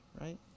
right